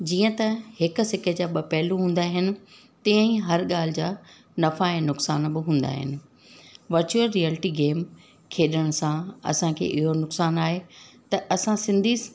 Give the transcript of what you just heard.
जीअं त हिकु सिके जा ॿ पहलू हूंदा आहिनि तीअं ई हर ॻाल्हि जा नफ़ा ऐं नुक़सान बि हूंदा आहिनि वर्चुअल रिएलिटी गेम खेॾण सां असांखे इहो नुक़सानु आहे त असां सिंधी